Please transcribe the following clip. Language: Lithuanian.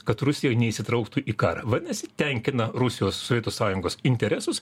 kad rusija neįsitrauktų į karą vadinasi tenkina rusijos sovietų sąjungos interesus